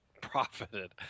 profited